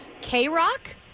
K-Rock